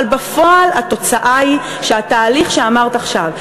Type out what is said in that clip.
אבל בפועל התוצאה היא שהתהליך שאמרת עכשיו,